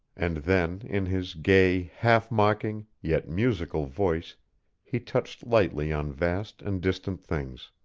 and then, in his gay, half-mocking, yet musical voice he touched lightly on vast and distant things.